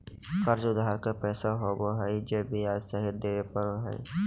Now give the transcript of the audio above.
कर्ज उधार के पैसा होबो हइ जे ब्याज सहित देबे पड़ो हइ